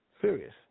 serious